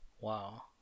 Wow